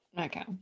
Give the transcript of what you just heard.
Okay